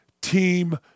team